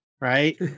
right